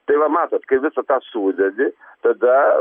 tai va matot kai visą tą sudedi tada